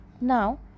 Now